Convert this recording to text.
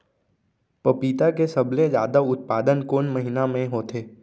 पपीता के सबले जादा उत्पादन कोन महीना में होथे?